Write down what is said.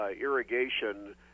irrigation